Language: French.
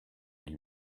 est